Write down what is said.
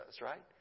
right